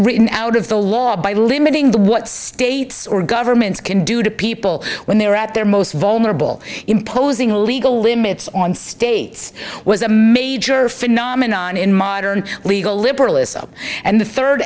written out of the law by limiting the what states or governments can do to people when they're at their most vulnerable imposing legal limits on states was a major phenomenon in modern legal liberalism and the third